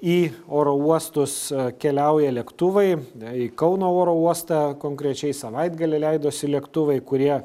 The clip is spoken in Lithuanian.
į oro uostus keliauja lėktuvai į kauno oro uostą konkrečiai savaitgalį leidosi lėktuvai kurie